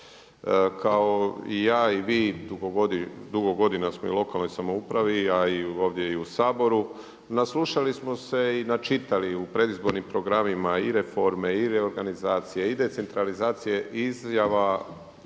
Kao i ja i vi dugo godina smo i u lokalnoj samoupravi a i ovdje u Saboru naslušali smo se i načitali u predizbornim programima i reforme, i reorganizacije, i decentralizacije, izjava